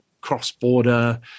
cross-border